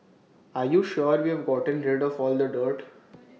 are you sure we've gotten rid for all the dirt